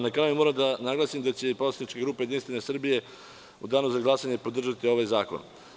Na kraju moram da naglasim da će poslanička grupa Jedinstvena Srbija u danu za glasanje podržati ovaj zakon.